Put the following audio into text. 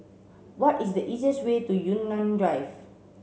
what is the easiest way to Yunnan Drive